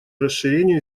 расширению